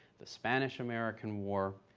the spanish american war.